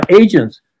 agents